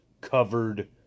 covered